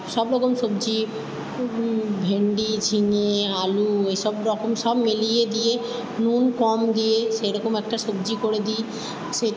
সব রকম সবজি ভেন্ডি ঝিঙে আলু এসব রকম সব মিলিয়ে দিয়ে নুন কম দিয়ে সেরকম একটা সবজি করে দিই সে